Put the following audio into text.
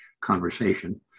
conversation